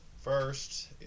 first